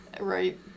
right